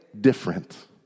different